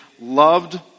loved